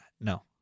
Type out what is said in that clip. No